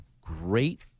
great